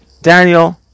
Daniel